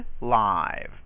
live